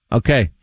okay